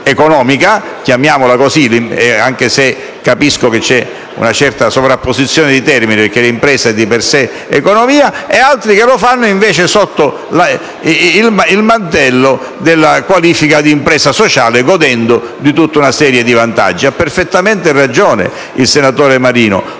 economica - chiamiamola così, anche se c'è una certa sovrapposizione di termini, perché l'impresa è di per sé economia - e l'altra, invece, sotto il mantello della qualifica di impresa sociale, godendo in tal modo di tutta una serie di vantaggi. Ha perfettamente ragione il senatore Marino: